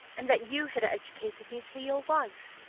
and that you had educated me to be your wife.